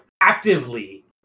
actively